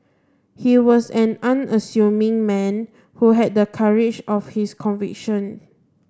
he was an unassuming man who had the courage of his conviction